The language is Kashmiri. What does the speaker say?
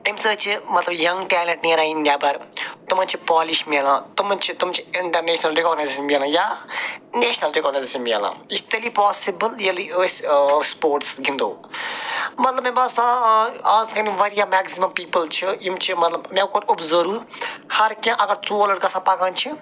اَمہِ سۭتۍ چھِ مطلب یَنٛگ ٹیلنٛٹ نیران یہِ نٮ۪بَر تِمَن چھِ پولِش مِلان تِمَن چھِ تِم چھِ اِنٛٹَرنیشنَل رِکاگنیشَن مِلان یا نٮ۪شنَل رِکاگنیشَن مِلان یہِ چھِ تیلی پاسِبُل ییٚلہِ أسۍ سٕپورٹٕس گِنٛدَو مطلب مےٚ باسان آ آز واریاہ مٮ۪کزٕمَم پیٖپُل چھِ یِم چھِ مطلب مےٚ کوٚر اوبزٲرُو ہر کیٚنہہ اگر ژور لَڑکہٕ آسان پکان چھِ